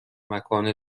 مکان